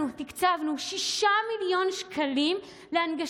רק היום הקצבנו 6 מיליון שקלים להנגשה